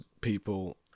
people